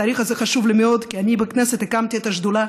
התאריך הזה חשוב לי מאוד כי אני בכנסת הקמתי את השדולה